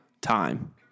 time